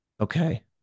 Okay